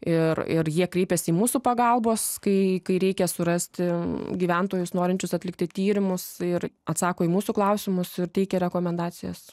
ir ir jie kreipiasi į mūsų pagalbos kai kai reikia surasti gyventojus norinčius atlikti tyrimus ir atsako į mūsų klausimus ir teikia rekomendacijas